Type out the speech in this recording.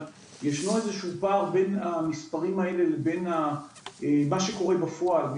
אבל ישנו איזה שהוא פער בין המספרים האלה לבין מה שקורה בפועל,